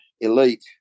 elite